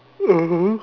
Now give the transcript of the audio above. (uh huh)